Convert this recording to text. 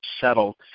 settle